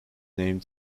name